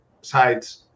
sides